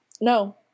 No